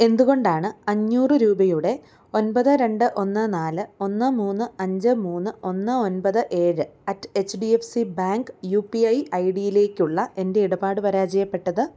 എന്തുകൊണ്ടാണ് അഞ്ഞൂറ് രൂപയുടെ ഒൻപത് രണ്ട് ഒന്ന് നാല് ഒന്ന് മൂന്ന് അഞ്ച് മൂന്ന് ഒന്ന് ഒൻപത് ഏഴ് at H D F C bank U P I I D യിലേക്കുള്ള എൻ്റെ ഇടപാട് പരാജയപ്പെട്ടത്